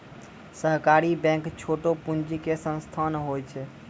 सहकारी बैंक छोटो पूंजी के संस्थान होय छै